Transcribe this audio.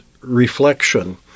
reflection